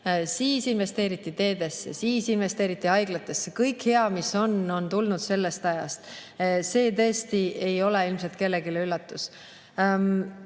siis investeeriti teedesse, siis investeeriti haiglatesse, kõik hea, mis on, on tulnud sellest ajast. See tõesti ei ole ilmselt kellelegi üllatus.